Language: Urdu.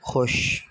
خوش